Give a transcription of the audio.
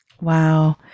Wow